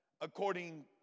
according